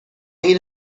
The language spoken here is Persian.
این